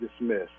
dismissed